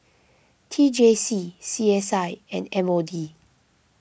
T J C C S I and M O D